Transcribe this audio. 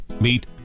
Meet